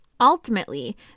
Ultimately